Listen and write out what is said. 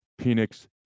Penix